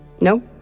No